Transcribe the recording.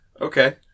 Okay